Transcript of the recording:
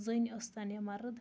زٔنۍ ٲسۍ تن یا مَرٕد